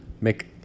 make